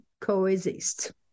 coexist